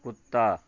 कुत्ता